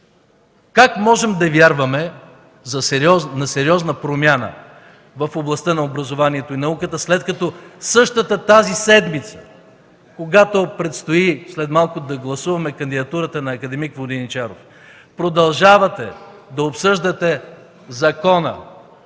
Как можем да вярваме на сериозна промяна в областта на образованието и науката, след като същата тази седмица, когато предстои след малко да гласуваме кандидатурата на акад. Воденичаров, продължавате да обсъждате Закона